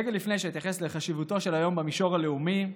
רגע לפני שאתייחס לחשיבותו של היום במישור הלאומי,